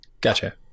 Gotcha